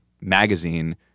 magazine